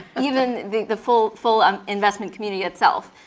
even the the full full um investment community itself.